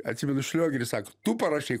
atsimenu šliogeris sako tu parašyk